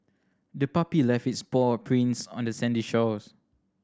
the puppy left its paw prints on the sandy shore